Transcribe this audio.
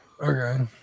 Okay